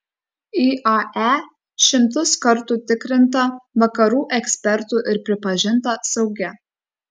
iae šimtus kartų tikrinta vakarų ekspertų ir pripažinta saugia